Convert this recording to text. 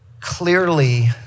clearly